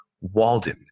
Walden